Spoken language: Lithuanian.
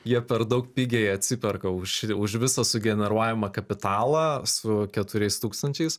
jie per daug pigiai atsiperka už šį už visą sugeneruojamą kapitalą su keturiais tūkstančiais